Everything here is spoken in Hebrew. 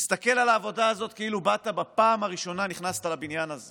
תסתכל על העבודה הזאת כאילו נכנסת לבניין הזה